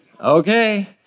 Okay